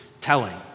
telling